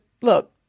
look